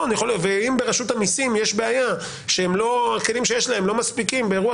אם ברשות המיסים יש בעיה שהכלים שיש להם לא מספיקים באירוע